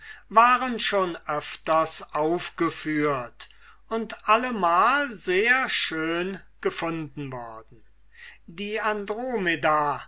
waren schon öfters aufgeführt und allemal sehr schön gefunden worden die andromede